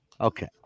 Okay